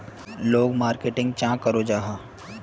लोग मार्केटिंग चाँ करो जाहा?